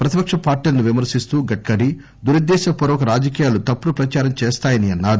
ప్రతిపక్ష పార్టీలను విమర్శిస్తూ గడ్కరీ దురుద్దేశ పూర్వక రాజకీయాలు తప్పుడు ప్రచారం చేస్తాయని అన్నారు